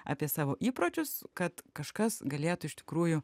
apie savo įpročius kad kažkas galėtų iš tikrųjų